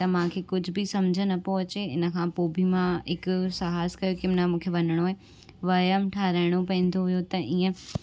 त मूंखे कुझ बि सम्झ न पियो अचे इन खां पोइ बि मां हिकु साहस कयो की न मुखे वञिणो ई वयमि ठाहिराइणो पवंदो हुओ त ईअं